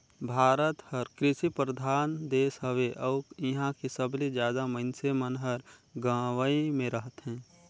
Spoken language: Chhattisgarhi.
भारत हर कृसि परधान देस हवे अउ इहां के सबले जादा मनइसे मन हर गंवई मे रथें